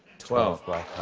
twelve black